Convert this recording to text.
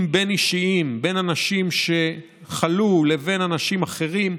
הבין-אישיים בין אנשים שחלו לבין אנשים אחרים,